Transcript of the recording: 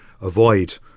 avoid